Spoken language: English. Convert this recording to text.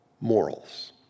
morals